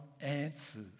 answers